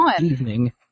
evening